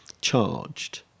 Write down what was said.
charged